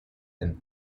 and